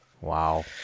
Wow